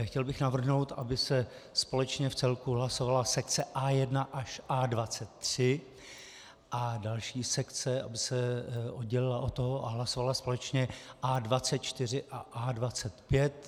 Chtěl bych navrhnout, aby se společně v celku hlasovala sekce A1 až A23 a další sekce aby se od toho oddělila a hlasovala společně A24 a A25.